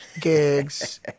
gigs